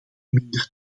minder